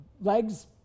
legs